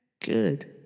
Good